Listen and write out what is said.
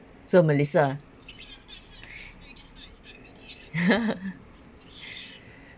so melissa